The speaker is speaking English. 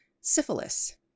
syphilis